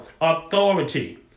Authority